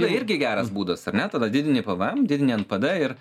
tai irgi geras būdas ar ne tada didini pvm didini npd ir